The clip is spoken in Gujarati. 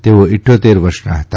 તેઓ ઇઠ્યોતેર વર્ષના હતા